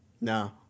No